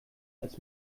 als